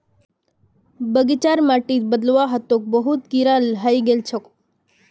बगीचार माटिक बदलवा ह तोक बहुत कीरा हइ गेल छोक